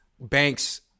Banks